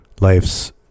life's